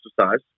exercise